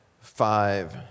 five